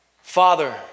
Father